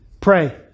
pray